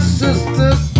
sisters